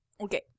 Okay